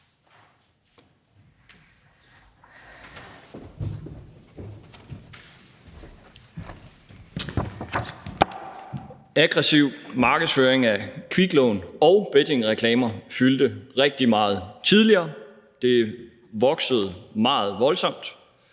Aggressiv markedsføring af kviklån og bettingreklamer fyldte rigtig meget tidligere – det voksede meget voldsomt